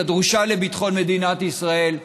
הדרושה לביטחון מדינת ישראל,